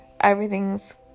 everything's